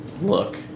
look